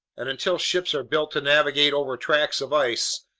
and until ships are built to navigate over tracts of ice,